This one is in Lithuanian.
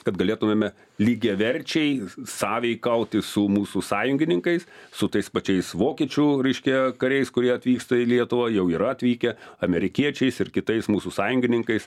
kad galėtumėme lygiaverčiai sąveikauti su mūsų sąjungininkais su tais pačiais vokiečių reiškia kariais kurie atvyksta į lietuvą jau yra atvykę amerikiečiais ir kitais mūsų sąjungininkais